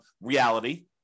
reality